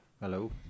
hello